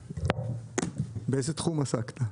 באיזה תחום עסקת?